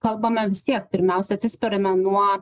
kalbame vis tiek pirmiausia atsispiriame nuo